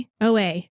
OA